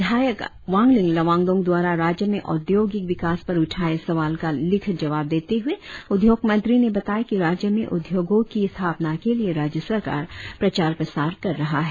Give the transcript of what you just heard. विधायक वांगलिंग लोवांगडोंग द्वारा राज्य में औद्योगिक विकास पर उठाए सवाल का लिखित जवाब देते हुए उद्योग मत्री ने बताया कि राज्य में उद्योगों की स्थापना के लिए राज्य सरकार प्रचार प्रसार कर रहा है